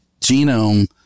genome